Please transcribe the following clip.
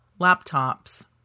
laptops